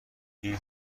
این